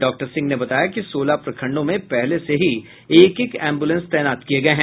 doctor Singh ने बताया कि सोलह प्रखंडों में पहले से ही एक एक एम्ब्रलेंस तैनात किये गये हैं